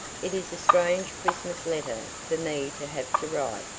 it is a strange christmas letter for me to have to write.